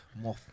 more